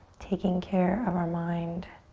taking care of our mind,